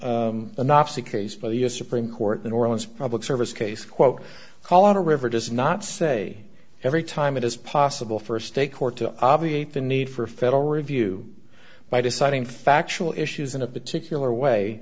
s supreme court the new orleans public service case quote colorado river does not say every time it is possible for a state court to obviate the need for federal review by deciding factual issues in a particular way